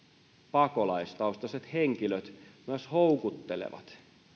pakolaistaustaiset henkilöt myös houkuttelevat